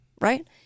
right